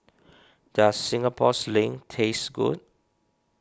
does Singapore Sling taste good